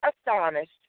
astonished